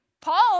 Paul